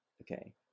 Okay